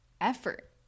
effort